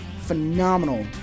phenomenal